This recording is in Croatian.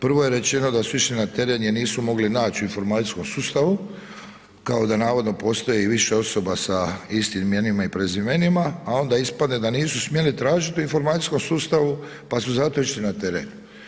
Prvo je rečeno da su išli na tren jer nisu mogli naći u informacijskom sustavu kao da navodno postoji više osoba sa istim imenima i prezimenima, a onda ispadne da nisu smjeli tražiti u informacijskom sustavu pa su zato išli na teren.